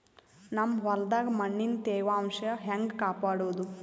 ನಮ್ ಹೊಲದಾಗ ಮಣ್ಣಿನ ತ್ಯಾವಾಂಶ ಹೆಂಗ ಕಾಪಾಡೋದು?